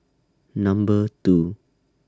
Number two